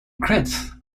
crest